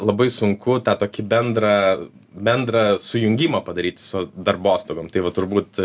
labai sunku tą tokį bendrą bendrą sujungimą padaryti su darbostogom tai va turbūt